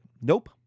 Nope